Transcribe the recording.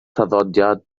traddodiad